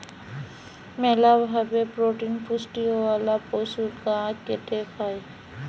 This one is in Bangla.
মেলা ভাবে প্রোটিন পুষ্টিওয়ালা পশুর গা কেটে খায়